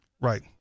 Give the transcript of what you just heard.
Right